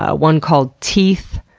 ah one called teeth,